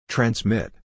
Transmit